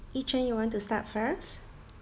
yi cheng you want to start first